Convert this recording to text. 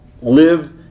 live